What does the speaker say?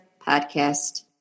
podcast